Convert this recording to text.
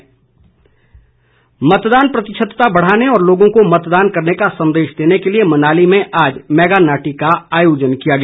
महानाटी मतदान प्रतिशतता बढ़ाने व लोगों को मतदान करने का संदेश देने के लिए मनाली में आज मेगा नाटी का आयोजन किया गया